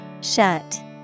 Shut